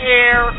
air